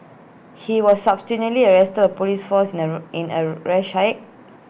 he was arrested Police force in A in A rash act